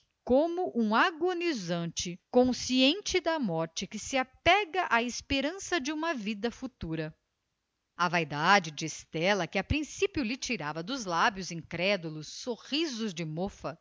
como um agonizante consciente da morte que se apega à esperança de uma vida futura a vaidade de estela que a principio lhe tirava dos lábios incrédulos sorrisos de mofa